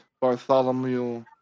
Bartholomew